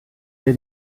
der